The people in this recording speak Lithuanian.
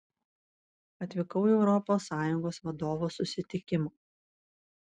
atvykau į europos sąjungos vadovų susitikimą